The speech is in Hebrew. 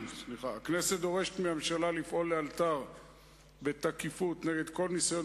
הכנסת דורשת מהממשלה לפעול לאלתר בתקיפות נגד כל ניסיון